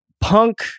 punk